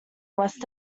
west